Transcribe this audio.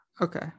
Okay